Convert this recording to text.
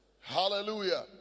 Hallelujah